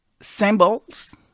symbols